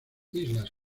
islas